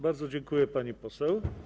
Bardzo dziękuję, pani poseł.